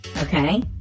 Okay